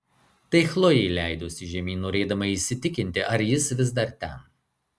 tai chlojė leidosi žemyn norėdama įsitikinti ar jis vis dar ten